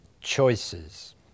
choices